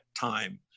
time